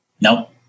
Nope